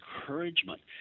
encouragement